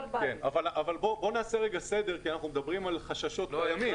בוא נעשה סדר כי אנחנו מדברים על חששות קיימים.